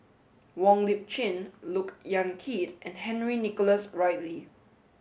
Wong Lip Chin Look Yan Kit and Henry Nicholas Ridley